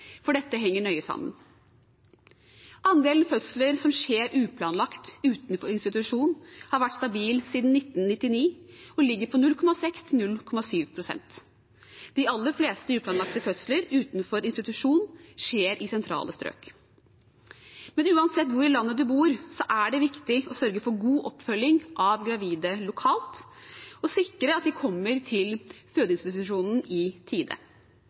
for dette henger nøye sammen. Andelen fødsler som skjer uplanlagt utenfor institusjon, har vært stabil siden 1999 og ligger på 0,6–0,7 pst. De aller fleste uplanlagte fødsler utenfor institusjon skjer i sentrale strøk. Men uansett hvor i landet man bor, er det viktig å sørge for god oppfølging av gravide lokalt og sikre at de kommer til fødeinstitusjonen i tide.